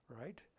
right